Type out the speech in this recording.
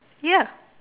ya